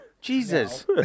Jesus